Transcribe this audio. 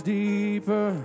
deeper